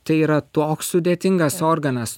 tai yra toks sudėtingas organas